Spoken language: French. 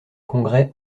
congrès